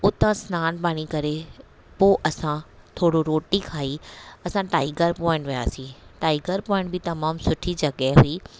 हुतां सनानु पाणी करे पोइ असां थोरो रोटी खाई असां टाइगर पॉइंट वियासीं टाइगर पॉइंट बि तमामु सुठी जॻहि हुई